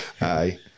aye